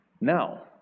Now